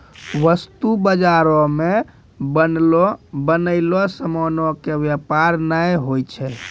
वस्तु बजारो मे बनलो बनयलो समानो के व्यापार नै होय छै